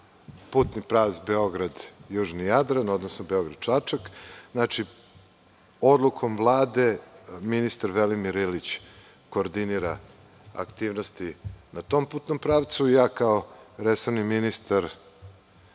putni pravac Beograd-južni Jadran, odnosno Beograd-Čačak, odlukom Vlade ministar Velimir Ilić koordinira aktivnosti na tom putnom pravcu i ja kao resorni ministar,